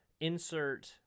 insert